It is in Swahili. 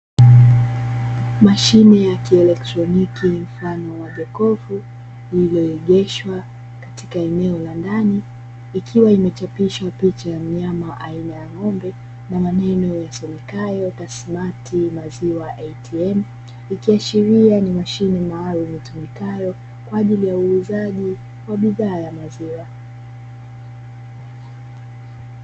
Mashine ya kieletroniki mfano wa jokofu lililoegeshwa katika eneo la ndani. Ikiwa imechapishwa picha ya mnyama aina ya ng'ombe na maneno yasomekayo "Tasimati maziwa ATM". Ikiashiria ni mashine maalum itumikayo kwaajili ya uuzaji wa bidhaa ya maziwa.